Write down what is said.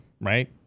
right